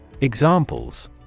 Examples